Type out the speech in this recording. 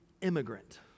immigrant